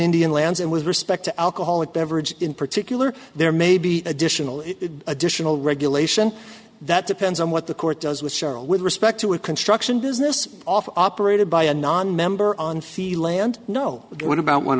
indian lands and with respect to alcoholic beverage in particular there may be additional additional regulation that depends on what the court does with cheryl with respect to a construction business off operated by a nonmember on feel land know what about